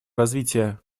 развития